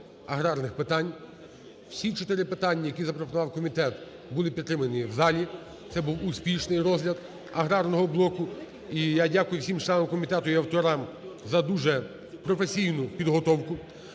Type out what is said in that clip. аграрних питань. Всі чотири питання, які запропонував комітет, були підтримані в залі, це був успішний розгляд аграрного блоку. І я дякую всім членам комітету і авторам за дуже професійну підготовку.